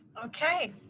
okay,